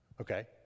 Okay